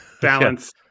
balance